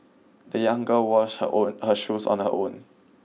the young girl washed her own her shoes on her own